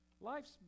Life's